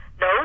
No